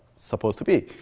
supposed to be.